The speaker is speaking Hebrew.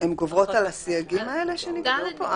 הן גוברות על הסייגים האלה שנקבעו פה?